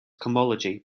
cohomology